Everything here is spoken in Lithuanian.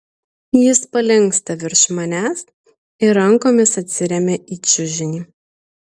jis palinksta virš manęs ir rankomis atsiremia į čiužinį